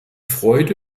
freude